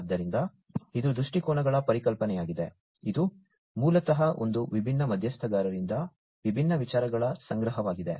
ಆದ್ದರಿಂದ ಇದು ದೃಷ್ಟಿಕೋನಗಳ ಪರಿಕಲ್ಪನೆಯಾಗಿದೆ ಇದು ಮೂಲತಃ ಒಂದು ವಿಭಿನ್ನ ಮಧ್ಯಸ್ಥಗಾರರಿಂದ ವಿಭಿನ್ನ ವಿಚಾರಗಳ ಸಂಗ್ರಹವಾಗಿದೆ